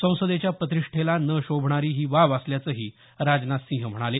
संसदेच्या प्रतिष्ठेला न शोभणारी ही बाब असल्याचंही राजनाथ सिंह म्हणाले